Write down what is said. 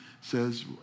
says